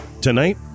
tonight